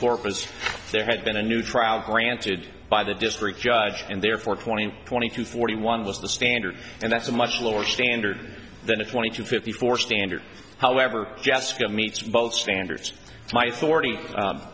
office there had been a new trial granted by the district judge and therefore twenty twenty to forty one was the standard and that's a much lower standard than a twenty two fifty four standard however jesca meets both standards